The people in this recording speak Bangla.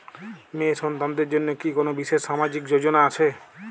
মেয়ে সন্তানদের জন্য কি কোন বিশেষ সামাজিক যোজনা আছে?